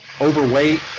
overweight